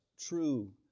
true